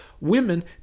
Women